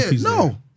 No